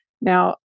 Now